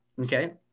Okay